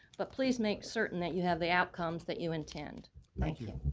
but please make certain that you have the outcomes that you intend thank you.